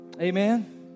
Amen